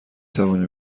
توانیم